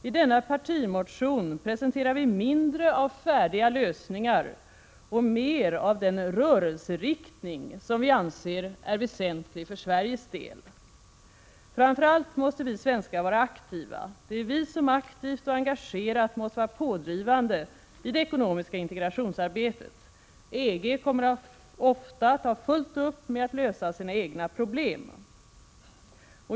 I denna partimotion presenterar vi mindre av färdiga lösningar och mer av den rörelseriktning som vi anser är väsentlig för Sveriges del. Framför allt måste vi svenskar vara aktiva. Det är vi som aktivt och engagerat måste vara pådrivande i det ekonomiska integrationsarbetet. EG kommer ofta att ha fullt upp med att lösa sina egna problem.